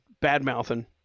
bad-mouthing